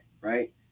right